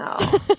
No